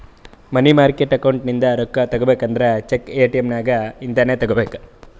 ಮನಿ market account ಇಂದ ರೊಕ್ಕಾ ತಗೋಬೇಕು ಅಂದುರ್ ಚೆಕ್, ಎ.ಟಿ.ಎಮ್ ನಾಗ್ ಇಂದೆ ತೆಕ್ಕೋಬೇಕ್